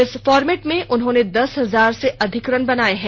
इस फॉर्मेट में उन्होंने दस हजार से अधिक रन बनाये हैं